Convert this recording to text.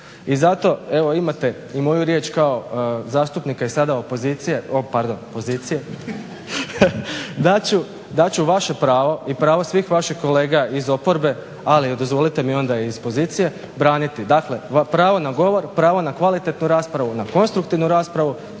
I zato evo imate i moju riječ kao zastupnika iz sada opozicije, o pardon pozicije, da ću vaše pravo i pravo svih vaših kolega iz oporbe, ali dozvolite mi onda i iz pozicije braniti. Dakle, pravo na govor, pravo na kvalitetnu raspravu, na konstruktivnu raspravu